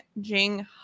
Jing